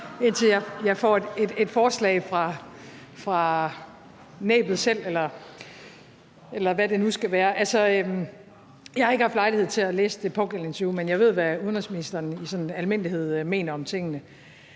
indtil jeg får et forslag fra næbbet selv, eller hvad det nu kan være. Jeg har ikke haft lejlighed til at læse det pågældende interview, men jeg ved, hvad udenrigsministerens sådan i almindelighed mener om tingene,